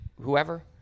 whoever